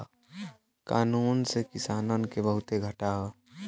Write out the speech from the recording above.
कानून से किसानन के बहुते घाटा हौ